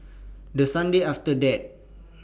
The Sunday after that